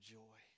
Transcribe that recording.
joy